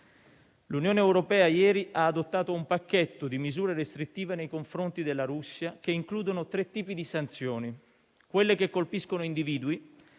L'Unione europea ieri ha adottato un pacchetto di misure restrittive nei confronti della Russia, che includono tre tipi di sanzioni: quelle che colpiscono individui,